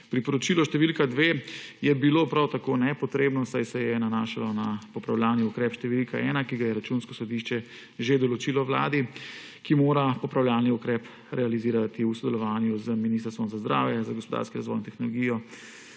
Priporočilo številka 2 je bilo prav tako nepotrebno, saj se je nanašalo na popravljalni ukrep številka 1, ki ga je Računsko sodišče že določilo Vladi, ki mora popravljalni ukrep realizirati v sodelovanju z ministrstvi za zdravje, za gospodarski razvoj in tehnologijo